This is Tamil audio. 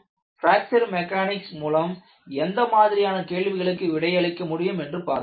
பிராக்சர் மெக்கானிக்ஸ் மூலம் எந்த மாதிரியான கேள்விகளுக்கு விடையளிக்க முடியும் என்று முதலில் பார்த்தோம்